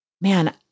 man